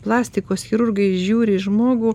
plastikos chirurgai žiūri į žmogų